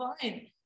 fine